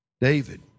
David